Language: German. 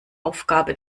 aufgabe